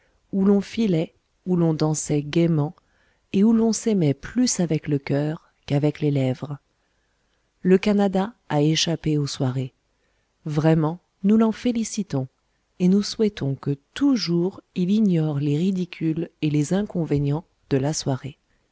où l'on filait où l'on dansait gaîment et où l'on s'aimait plus avec le coeur qu'avec les lèvres le canada a échappé aux soirées vraiment nous l'en félicitons et nous souhaitons que toujours il ignore les ridicules et les inconvénients de la soirée